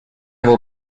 will